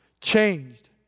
changed